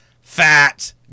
fat